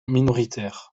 minoritaires